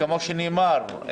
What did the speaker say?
וכמו שנאמר,